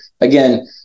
again